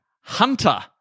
Hunter